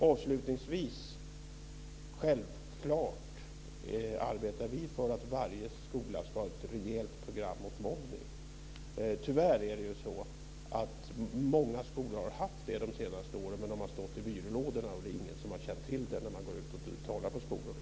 Avslutningsvis arbetar vi självfallet för att varje skola ska ha ett rejält program mot mobbning. Tyvärr är det så att många skolor har haft det de senaste åren, men de har legat i byrålådorna och det är ingen som har känt till dem när man går ut och talar på skolor.